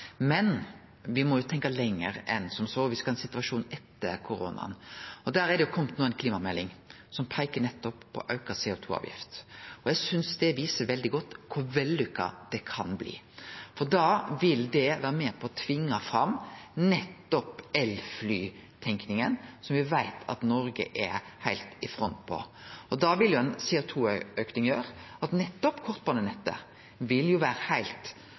Men me må tenkje lenger enn som så, på situasjonen me kjem til å ha etter koronaen. Det har no kome ei klimamelding som peiker nettopp på auka CO 2 -avgift. Eg synest det viser veldig godt kor vellukka det kan bli, for da vil det vere med på å tvinge fram nettopp elflytenkinga, som me veit at Noreg er heilt i front på. Da vil ei auka CO 2 -avgift gjere at nettopp kortbanenettet vil vere heilt